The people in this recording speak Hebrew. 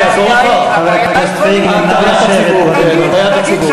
זה לא שאלות ותשובות.